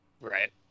Right